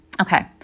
Okay